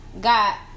got